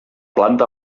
planta